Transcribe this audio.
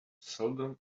seldom